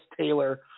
Taylor